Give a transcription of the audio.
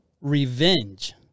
revenge